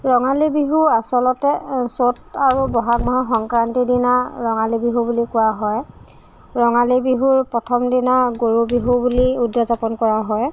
ৰঙালী বিহু আচলতে চ'ত আৰু বহাগ মাহৰ সংক্ৰান্তিৰ দিনা ৰঙালী বিহু বুলি কোৱা হয় ৰঙালী বিহুৰ প্ৰথম দিনা গৰু বিহু বুলি উদযাপন কৰা হয়